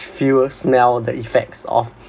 feel or smell the effects of